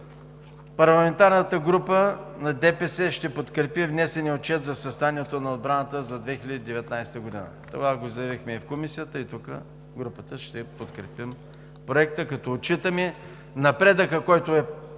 парламентарната група на ДПС ще подкрепи внесения отчет за състоянието на отбраната за 2019 г. Това го заявихме и в Комисията, и тук групата ще подкрепим Проекта, като отчитаме напредъка, който е